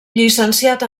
llicenciat